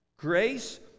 grace